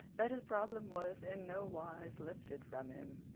that his problem was in no wise lifted from him.